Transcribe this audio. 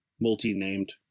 multi-named